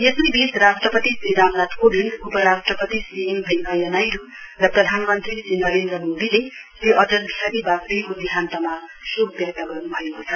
यसैवीच राष्ट्रपति श्री रामनाथ कोविन्द उपराष्ट्रपति श्री एम वेन्कैय्या नाइड् र प्रधानमन्त्री श्री नरेन्द्र मोदीले श्री अटल विहारी वाजपेयीको देहान्तमा शोक व्यक्त गर्न्भएको छ